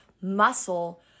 muscle